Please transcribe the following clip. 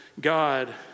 god